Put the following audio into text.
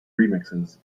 remixes